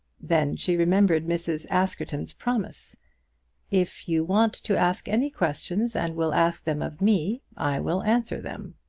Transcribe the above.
then she remembered mrs. askerton's promise if you want to ask any questions, and will ask them of me, i will answer them.